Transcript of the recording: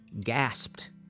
gasped